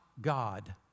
God